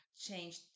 change